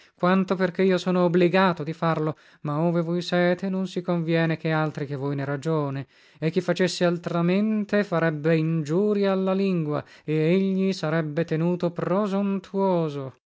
quanto perché io sono obligato di farlo ma ove voi sete non si conviene che altri che voi ne ragione e chi facesse altramente farebbe ingiuria alla lingua e egli sarebbe tenuto prosontuoso